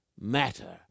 matter